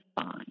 fine